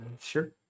Sure